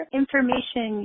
information